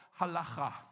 halacha